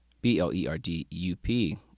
B-L-E-R-D-U-P